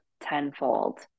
tenfold